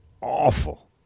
awful